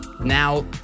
Now